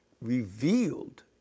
revealed